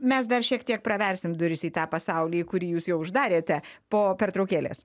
mes dar šiek tiek praversim duris į tą pasaulį kurį jūs jau uždarėte po pertraukėlės